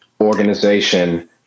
organization